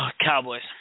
Cowboys